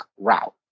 route